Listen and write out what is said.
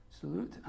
Salute